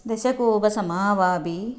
दशकूपसमा वापी